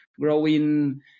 growing